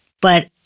but-